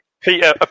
Peter